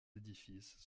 édifices